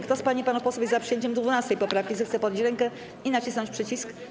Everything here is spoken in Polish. Kto z pań i panów posłów jest za przyjęciem 12. poprawki, zechce podnieść rękę i nacisnąć przycisk.